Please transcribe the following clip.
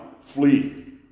Flee